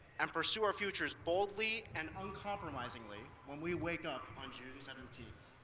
and pursue our futures boldly and uncompromisingly when we wake up on june seventeenth.